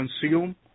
consume